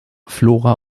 flora